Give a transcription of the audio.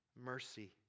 Mercy